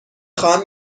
خواهم